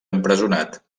empresonat